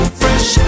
fresh